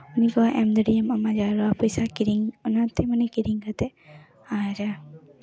ᱚᱱᱟ ᱠᱚ ᱮᱢ ᱫᱟᱲᱮᱭᱟᱜ ᱟᱢᱟᱜ ᱡᱟᱦᱟᱸ ᱞᱟᱜᱟᱜᱼᱟ ᱠᱤᱨᱤᱧ ᱚᱱᱟᱛᱮ ᱢᱟᱱᱮ ᱠᱤᱨᱤᱧ ᱠᱟᱛᱮ ᱟᱨ